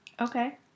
Okay